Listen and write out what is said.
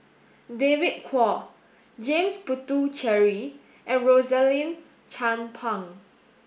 David Kwo James Puthucheary and Rosaline Chan Pang